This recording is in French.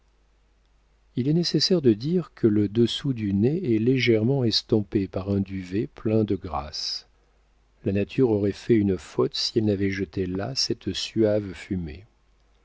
il est nécessaire de dire que le dessous du nez est légèrement estompé par un duvet plein de grâce la nature aurait fait une faute si elle n'avait jeté là cette suave fumée